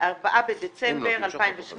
4 בדצמבר 2018